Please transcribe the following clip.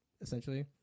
essentially